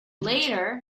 later